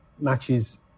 matches